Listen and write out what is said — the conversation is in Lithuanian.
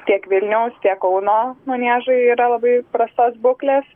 tiek vilniaus tiek kauno maniežai yra labai prastos būklės